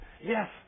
yes